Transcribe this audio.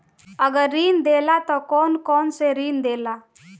अगर ऋण देला त कौन कौन से ऋण देला?